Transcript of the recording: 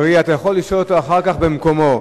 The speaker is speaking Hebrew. אתה יכול לשאול אותו אחר כך במקומו.